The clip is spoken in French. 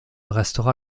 restera